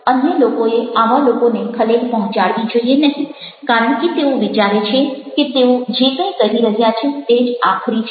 અન્ય લોકોએ આવા લોકોને ખલેલ પહોંચાડવી જોઇએ નહિ કારણ કે તેઓ વિચારે છે કે તેઓ જે કંઈ કહી રહ્યા છે તે જ આખરી છે